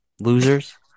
losers